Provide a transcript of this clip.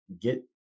get